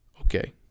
Okay